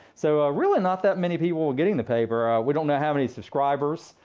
so ah really not that many people were getting the paper we don't know how many subscribers,